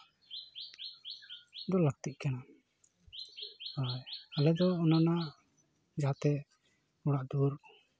ᱜᱮ ᱞᱟᱹᱠᱛᱤᱜ ᱠᱟᱱᱟ ᱟᱨ ᱟᱞᱮ ᱫᱚ ᱚᱱᱮ ᱚᱱᱟ ᱡᱟᱦᱟᱸᱛᱮ ᱚᱲᱟᱜ ᱫᱩᱣᱟᱹᱨ